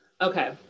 okay